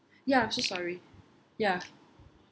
ya so sorry ya